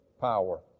power